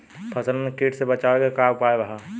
फसलन के कीट से बचावे क का उपाय है?